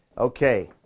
okay.